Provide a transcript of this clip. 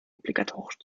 obligatorisch